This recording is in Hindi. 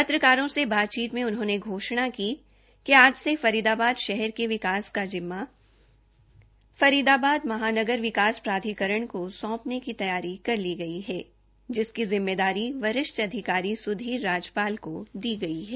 पत्रकारों से बातचीत में उन्होंने घोषणा की कि आज से फरीदाबाद शहर के विकास का जिम्मा फरीदाबाद महानगर विकास प्राधिकरण को सौंपने की तैयारी कर ली है जिसकी जिम्मेदारी वरिष्ठ अधिकारी सुधीर राजपाल को दी गई है